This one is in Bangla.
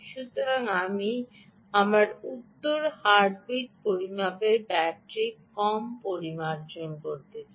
সুতরাং আমি আমার উত্তর হার্টবিট পরিমাপের ব্যাটারি কম পরিমার্জন করতে চাই